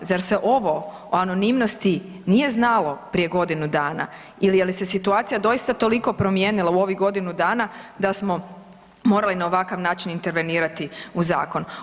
Zar se ovo o anonimnosti nije znalo prije godinu dana ili je li se situacija doista toliko promijenila u ovih godinu dana da smo morali na ovakav način intervenirati u zakon.